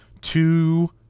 two